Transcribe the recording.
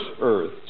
earth